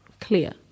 clear